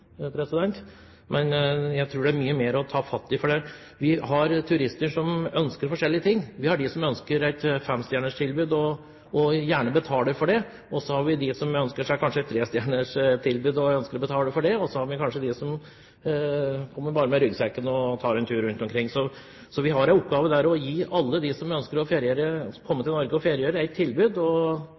men jeg tror det er mye mer å ta fatt i. Vi har turister som ønsker forskjellige ting. Vi har dem som ønsker et femstjerners tilbud og gjerne betaler for det, og vi har dem som ønsker seg et trestjerners tilbud og betaler for det, og så har vi dem som bare kommer med ryggsekken og tar en tur rundt omkring. Vi har en oppgave i å gi alle som ønsker å komme til Norge for å feriere, et tilbud, og at de skal få et godt tilbud, og